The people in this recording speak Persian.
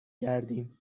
گردیم